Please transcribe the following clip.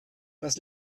das